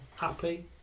happy